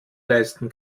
leisten